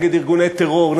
נגד ארגוני טרור,